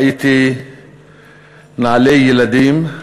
ראיתי נעלי ילדים,